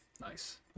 Nice